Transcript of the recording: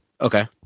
Okay